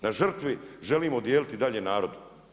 Na žrtvi želimo dijeliti dalje narod.